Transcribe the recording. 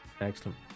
Excellent